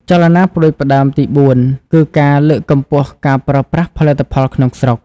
ចលនាផ្តួចផ្តើមទីបួនគឺការលើកកម្ពស់ការប្រើប្រាស់ផលិតផលក្នុងស្រុក។